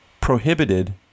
prohibited